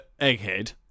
egghead